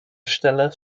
stelle